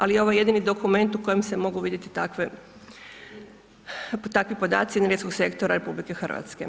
Ali, ovo je jedini dokument u kojem se mogu vidjeti takvi podaci energetskog sektora RH.